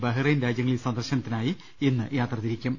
ബഹറൈൻ രാജൃങ്ങളിൽ സന്ദർശനത്തിനായി ഇന്ന് യാത്രതിരി ക്കും